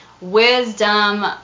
Wisdom